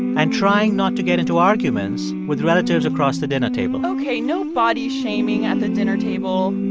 and trying not to get into arguments with relatives across the dinner table ok, no body shaming at the dinner table